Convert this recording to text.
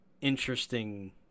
interesting